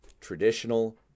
Traditional